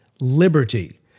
liberty